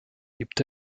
lebte